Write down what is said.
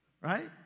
right